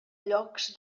llocs